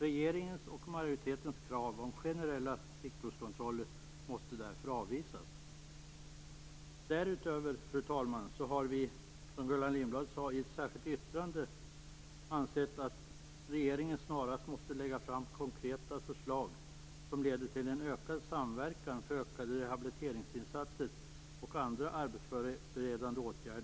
Regeringens och majoritetens krav på generella stickprovskontroller måste därför avvisas. Därutöver har Folkpartiet, som Gullan Lindblad sade, i ett särskilt yttrande ansett att regeringen snarast måste lägga fram konkreta förslag som leder till en ökad samverkan för ökade rehabiliteringsinsatser och andra arbetsförberedande åtgärder.